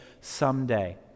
someday